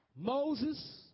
Moses